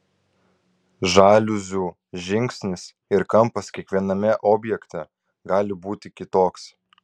žaliuzių žingsnis ir kampas kiekviename objekte gali būti kitoks